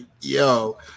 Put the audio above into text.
yo